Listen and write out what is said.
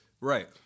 Right